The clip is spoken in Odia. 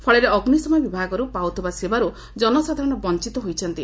ଫଳରେ ଅଗ୍ରିଶମ ବିଭାଗରୁ ପାଉଥିବା ସେବାରୁ ଜନସାଧାରଣ ବଂଚିତ ହୋଇଛନ୍ତି